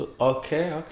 Okay